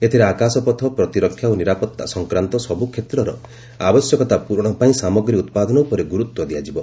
ଏଥିରେ ଆକାଶପଥ ପ୍ରତିରକ୍ଷା ଓ ନିରାପତ୍ତା ସଂକ୍ରାନ୍ତ ସବୁ କ୍ଷେତ୍ରର ଆବଶ୍ୟକତା ପୂରଣ ପାଇଁ ସାମଗ୍ରୀ ଉତ୍ପାଦନ ଉପରେ ଗୁରୁତ୍ୱ ଦିଆଯିବ